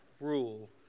rule